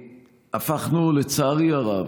הפכנו, לצערי הרב,